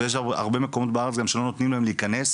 ויש הרבה מקומות בארץ גם שלא נותנים להם להיכנס